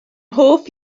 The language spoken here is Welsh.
hoff